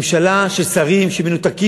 ממשלה של שרים שמנותקים,